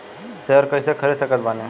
Share कइसे खरीद सकत बानी?